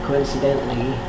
Coincidentally